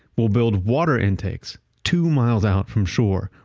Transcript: we'll build water intakes, two miles out from shore.